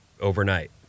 overnight